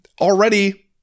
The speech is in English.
already